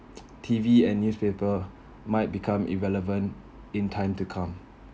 T_V and newspaper might be irrelevant in time to come